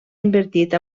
invertit